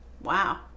Wow